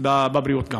גם בבריאות.